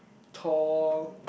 tall